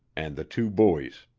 and the two buoys.